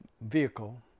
vehicle